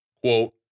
Quote